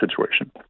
situation